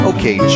Okay